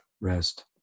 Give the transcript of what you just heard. Rest